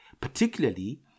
particularly